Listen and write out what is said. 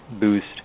boost